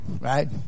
Right